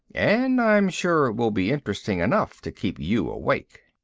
and i'm sure it will be interesting enough to keep you awake.